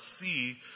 see